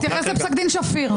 תתייחס לפסק דין שפיר.